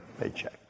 paycheck